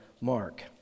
Mark